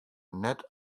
net